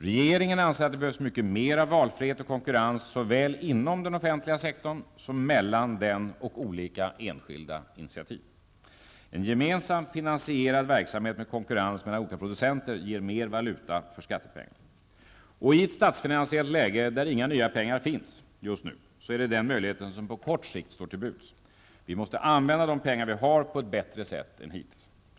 Regeringen anser att det behövs mycket mera valfrihet och konkurrens, såväl inom den offentliga sektorn som mellan den och olika enskilda initiativ. En gemensamt finansierad verksamhet med konkurrens mellan olika producenter ger mer valuta för skattepengarna. I ett statsfinansiellt läge, där inga nya pengar finns just nu, är det den möjlighet som på kort sikt står till buds. Vi måste använda de pengar vi har på ett bättre sätt än hittills.